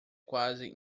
quase